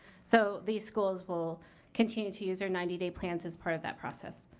so, these schools will continue to use their ninety day plans as part of that process.